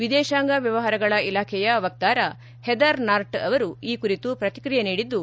ವಿದೇಶಾಂಗ ವ್ಯವಹಾರಗಳ ಇಲಾಖೆಯ ವಕ್ತಾರ ಹೆದರ್ ನಾರ್ಟ್ ಅವರು ಈ ಕುರಿತು ಶ್ರತಿಕ್ರಿಯೆ ನೀಡಿದ್ದು